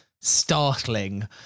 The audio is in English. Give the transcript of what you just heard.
startling